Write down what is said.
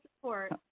support